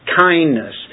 kindness